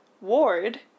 Ward